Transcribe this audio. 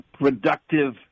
productive